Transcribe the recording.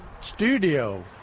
studio